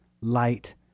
light